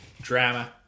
Drama